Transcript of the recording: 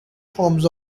forms